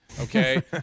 Okay